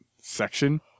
section